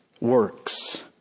works